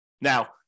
Now